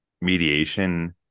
mediation